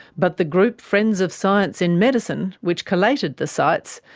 but the group friends of science in medicine, which collated the sites,